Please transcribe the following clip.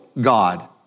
God